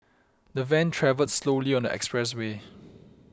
the van travelled slowly on the expressway